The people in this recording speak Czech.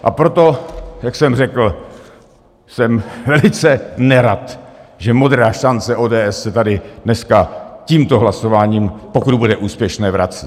A proto, jak jsem řekl, jsem velice nerad, že Modrá šance ODS se tady dneska tímto hlasováním, pokud bude úspěšné, vrací.